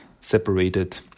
separated